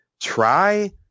try